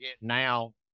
now